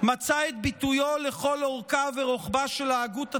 מצא את ביטויו לכל אורכה ורוחבה של ההגות הציונית.